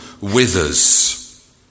withers